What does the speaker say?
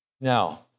Now